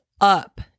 up